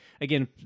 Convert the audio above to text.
again